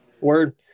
Word